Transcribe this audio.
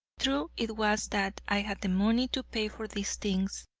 true it was that i had the money to pay for these things,